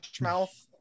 mouth